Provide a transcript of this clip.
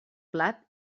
plat